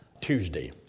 Tuesday